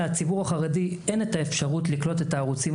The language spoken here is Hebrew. לציבור החרדי אין האפשרות לקלוט את הערוצים